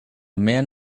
man